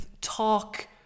talk